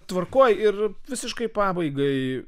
tvarkoje ir visiškai pabaigai